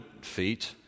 feet